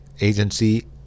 agency